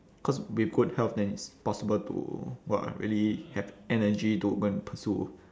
cause with good health then it's possible to !wah! really have energy to go and pursue